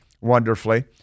wonderfully